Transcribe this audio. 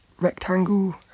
rectangle